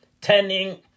Turning